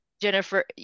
Jennifer